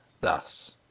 thus